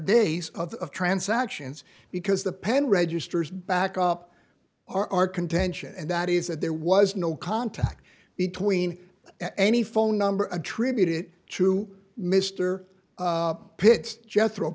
days of transactions because the pen registers back up our contention and that is that there was no contact between any phone number attributed to mr pitts jethro